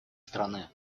страны